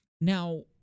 Now